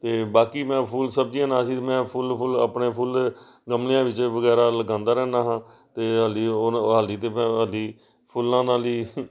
ਅਤੇ ਬਾਕੀ ਮੈਂ ਫੁੱਲ ਸਬਜ਼ੀਆਂ ਨਾ ਸੀ ਮੈਂ ਫੁੱਲ ਫੁੱਲ ਆਪਣੇ ਫੁੱਲ ਗਮਲਿਆਂ ਵਿੱਚ ਵਗੈਰਾ ਲਗਾਉਂਦਾ ਰਹਿੰਦਾ ਹਾਂ ਅਤੇ ਹਾਲੀ ਹੋਰ ਹਾਲੀ ਤਾਂ ਮੈਂ ਹਾਲੀ ਫੁੱਲਾਂ ਨਾਲ ਹੀ